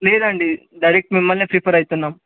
లేదండి డైరెక్ట్ మిమ్మల్నే ప్రిఫర్ అవుతున్నాము